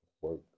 Work